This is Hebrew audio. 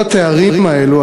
כל התארים האלה,